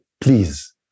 Please